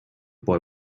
boy